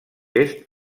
est